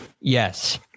Yes